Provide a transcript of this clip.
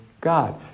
God